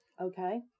Okay